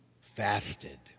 fasted